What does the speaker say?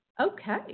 Okay